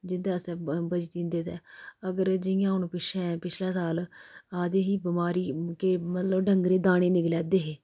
जेह्दे अस बची जंदे ते अगर जियां हून पिच्छे पिछलै साल आई दी ही बमारी कि मतलब डंगर गी दाने निकलै दे हे